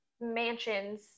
mansions